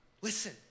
Listen